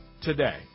today